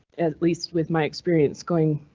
at least with my experience going.